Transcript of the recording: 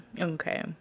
Okay